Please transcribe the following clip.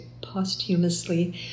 posthumously